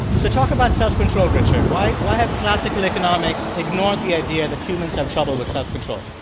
so talk about self-control, richard. why why have classical economics ignored the idea that humans have trouble with self-control?